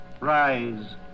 Rise